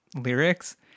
lyrics